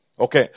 Okay